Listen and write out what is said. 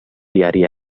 diari